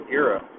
era